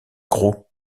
gros